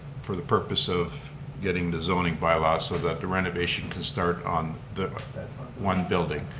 for the purpose of getting the zoning bylaw so that the renovation can start on the one building.